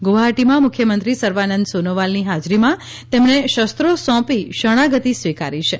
ગુવાહાટીમાં મુખ્યમંત્રી સર્વાનંદ સોનોવાલની હાજરીમાં તેમણે શસ્ત્રો સોંપી શરણાગતિ સ્વકારી છે